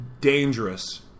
Dangerous